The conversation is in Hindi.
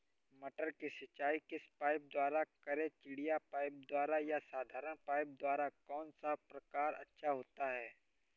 मटर की सिंचाई किस पाइप द्वारा करें चिड़िया पाइप द्वारा या साधारण पाइप द्वारा कौन सा प्रकार अच्छा होता है?